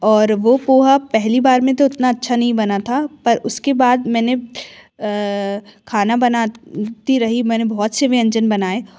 और वो पोहा पहली बार में तो उतना अच्छा नहीं बना था पर उसके बाद मैंने खाना बनाती रही मैंने बहुत से व्यंजन बनाए